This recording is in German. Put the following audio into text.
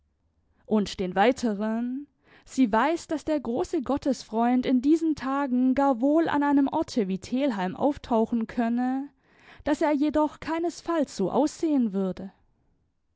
und den weiteren sie weiß daß der große gottesfreund in diesen tagen gar wohl an einem orte wie telheim auftauchen könne daß er jedoch keinesfalls so aussehen würde